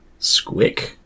Squick